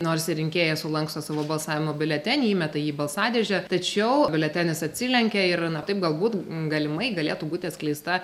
nors ir rinkėjai sulanksto savo balsavimo biuletenį įmeta jį į balsadėžę tačiau biuletenis atsilenkia ir na taip galbūt galimai galėtų būti atskleista